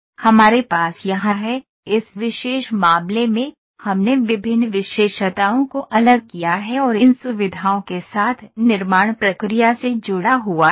इसलिए हमारे पास यहां है इस विशेष मामले में हमने विभिन्न विशेषताओं को अलग किया है और इन सुविधाओं के साथ निर्माण प्रक्रिया से जुड़ा हुआ है